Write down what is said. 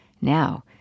Now